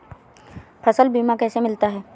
फसल बीमा कैसे मिलता है?